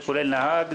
זה כולל נהג,